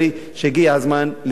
שהגיע הזמן לסיימו.